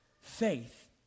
faith